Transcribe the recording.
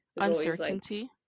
uncertainty